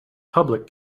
public